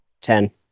Ten